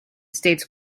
states